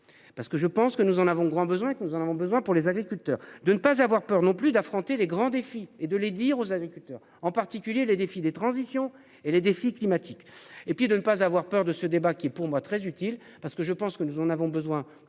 Parce que je pense que nous en avons grand besoin que nous en avons besoin pour les agriculteurs de ne pas avoir peur non plus d'affronter les grands défis et de les dire aux agriculteurs en particulier les défis des transitions et les défis climatiques et puis de ne pas avoir peur de ce débat qui est pour moi très utile parce que je pense que nous en avons besoin